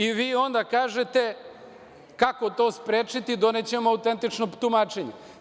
I vi onda kažete kako to sprečiti - donećemo autentično tumačenje.